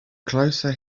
closer